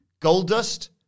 Goldust